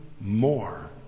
more